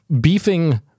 beefing